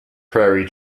prairie